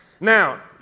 Now